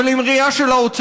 אבל עם ראייה של האוצר.